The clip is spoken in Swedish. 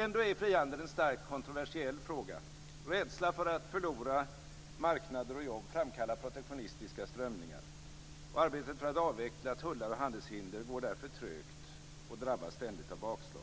Ändå är frihandel en starkt kontroversiell fråga. Rädsla för att förlora marknader och jobb framkallar protektionistiska strömningar. Arbetet för att avveckla tullar och handelshinder går därför trögt och drabbas ständigt av bakslag.